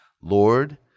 Lord